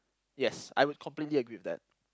yes I would completely agree with that